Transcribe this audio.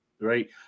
right